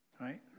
right